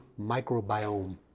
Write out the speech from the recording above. microbiome